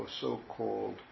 so-called